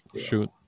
Shoot